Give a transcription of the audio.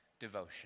devotion